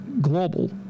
global